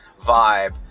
vibe